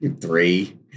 three